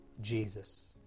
Jesus